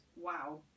wow